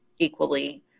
equally